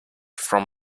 from